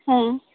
ᱦᱮᱸ